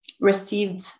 received